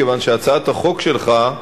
כיוון שהצעת החוק שלך,